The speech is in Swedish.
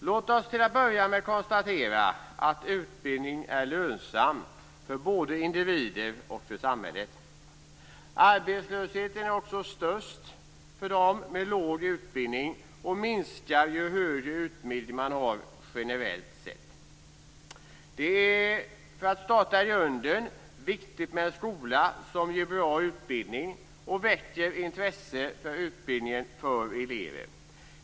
Låt oss till att börja med konstatera att utbildning är lönsam både för individer och för samhället. Arbetslösheten är också störst för dem med låg utbildning och minskar generellt sett ju högre utbildning man har. För att starta i grunden är det viktigt med en skola som ger bra utbildning och väcker intresse för utbildning hos elever.